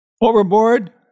Overboard